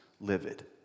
livid